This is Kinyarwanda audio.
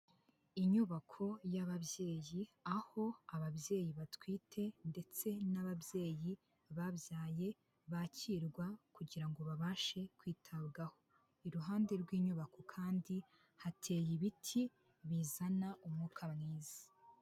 Inyubako y'ababyeyi aho ababyeyi batwite ndetse n'ababyeyi babyaye, bakirwa kugira ngo babashe kwitabwaho, iruhande rw'inyubako kandi hateye ibiti bizana umwuka mwiza.